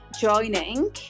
joining